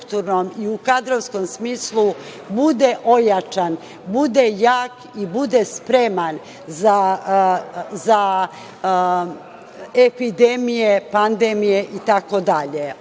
i u kadrovskom smislu bude ojačan, bude jak i bude spreman za epidemije, pandemije itd. Ono